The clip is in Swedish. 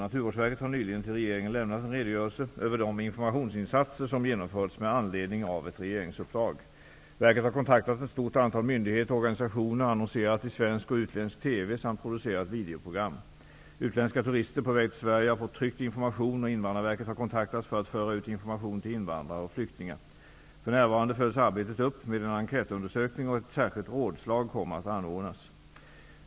Naturvårdsverket har nyligen till regeringen lämnat en redogörelse över de informationsinsatser som genomförts med anledning av ett regeringsuppdrag. Verket har kontaktat ett stort antal myndigheter och organisationer, annonserat i svensk och utländsk TV samt producerat videoprogram. Utländska turister på väg till Sverige har fått tryckt information och Invandrarverket har kontaktats för att föra ut information till invandrare och flyktingar. För närvarande följs arbetet upp med en enkätundersökning, och ett särskilt rådslag kommer att anordnas.